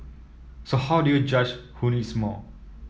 so how do you judge who needs more